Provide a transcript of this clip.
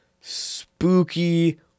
spooky